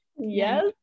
Yes